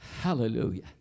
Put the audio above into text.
hallelujah